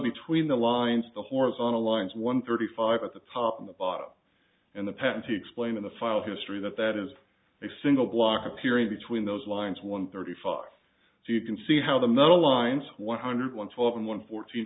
between the lines the horizontal lines one thirty five at the top and the bottom and the patentee explain in the file history that that is a single block appearing between those lines one thirty five so you can see how the metal lines one hundred one twelve and one fourteen